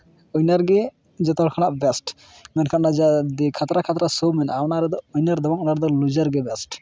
ᱩᱭᱱᱟᱨ ᱜᱮ ᱡᱚᱛᱚ ᱠᱷᱚᱱᱟᱜ ᱵᱮᱥᱴ ᱢᱮᱱᱠᱷᱟᱱ ᱚᱱᱮ ᱡᱮ ᱫᱤ ᱠᱷᱟᱛᱨᱟ ᱠᱷᱟᱛᱨᱟ ᱥᱳ ᱢᱮᱱᱟᱜᱼᱟ ᱚᱱᱟ ᱨᱮᱫᱚ ᱩᱭᱱᱟᱨᱠ ᱫᱚ ᱵᱟᱝ ᱚᱱᱟ ᱨᱮᱫᱚ ᱞᱩᱡᱟᱨ ᱜᱮ ᱵᱮᱥᱴ